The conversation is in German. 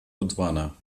botswana